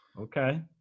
Okay